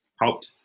helped